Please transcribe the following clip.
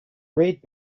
reed